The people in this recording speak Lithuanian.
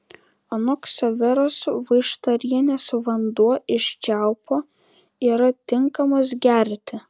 anot ksaveros vaištarienės vanduo iš čiaupo yra tinkamas gerti